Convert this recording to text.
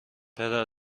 پدر